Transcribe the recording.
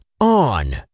on